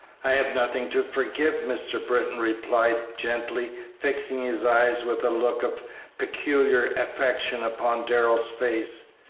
i have nothing to forgive, mr. britton replied, gently, fixing his eyes with a look of peculiar affection upon darrell's face.